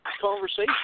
conversation